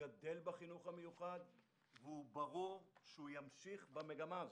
בחינוך המיוחד וברור שהוא ימשיך במגמה הזאת.